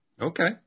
okay